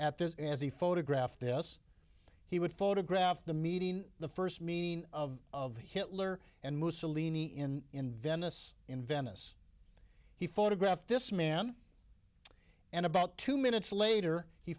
at this as he photographed this he would photograph the meeting the first mean of of hitler and mussolini in in venice in venice he photographed this man and about two minutes later he